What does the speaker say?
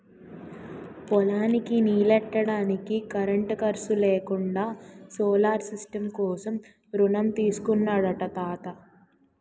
పొలానికి నీల్లెట్టడానికి కరెంటు ఖర్సు లేకుండా సోలార్ సిస్టం కోసం రుణం తీసుకున్నాడట తాత